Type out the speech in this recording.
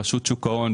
לרשות שוק ההון,